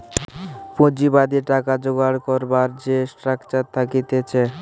পুঁজিবাদী টাকা জোগাড় করবার যে স্ট্রাকচার থাকতিছে